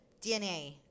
DNA